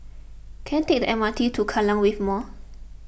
can I take the M R T to Kallang Wave Mall